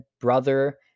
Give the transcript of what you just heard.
brother